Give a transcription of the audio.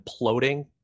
imploding